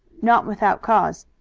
not without cause.